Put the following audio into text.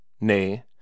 nay